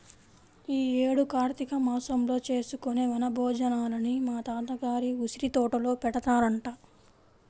యీ యేడు కార్తీక మాసంలో చేసుకునే వన భోజనాలని మా తాత గారి ఉసిరితోటలో పెడతారంట